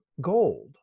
gold